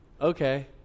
Okay